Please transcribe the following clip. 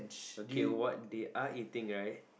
okay what they are eating right